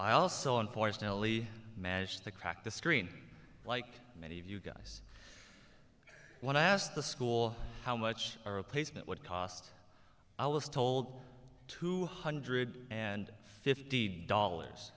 i also unfortunately managed to crack the screen like many of you guys when i asked the school how much a replacement would cost i was told two hundred and fifty dollars